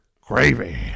Gravy